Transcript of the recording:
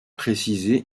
précisé